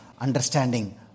understanding